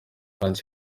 kandi